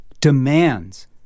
demands